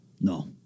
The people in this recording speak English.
No